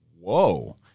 Whoa